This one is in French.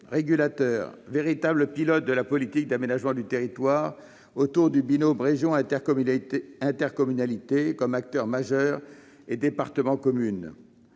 régulateur, véritable pilote de la politique d'aménagement du territoire autour des binômes région-intercommunalité- acteur majeur -et département-commune.